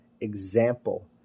example